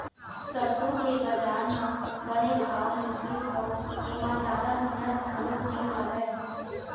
सरसो के बजार म बने भाव मिलथे अउ एमा जादा मेहनत घलोक नइ लागय